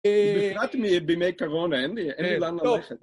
בפרט בימי קרונה, אין לי לאן ללכת